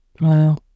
Wow